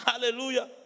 Hallelujah